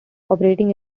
operating